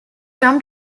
from